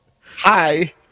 hi